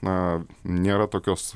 na nėra tokios